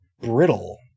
brittle